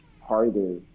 harder